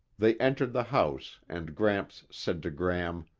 they entered the house and gramps said to gram,